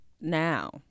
Now